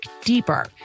deeper